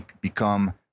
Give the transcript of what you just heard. become